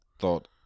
thought